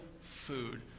food